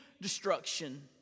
destruction